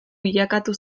bilakatu